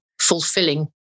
fulfilling